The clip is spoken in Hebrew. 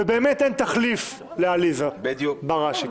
ובאמת אין תחליף לעליזה בראשי.